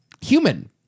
human